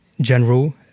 general